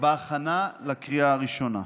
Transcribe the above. בהכנה לקריאה הראשונה.